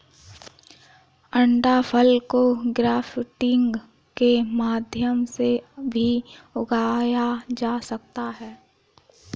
अंडाफल को ग्राफ्टिंग के माध्यम से भी उगाया जा सकता है